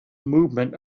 movement